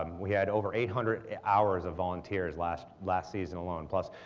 um we had over eight hundred hours of volunteers last last season alone, plus